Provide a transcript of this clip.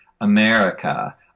America